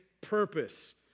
purpose